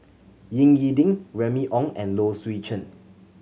Ying E Ding Remy Ong and Low Swee Chen